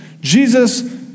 Jesus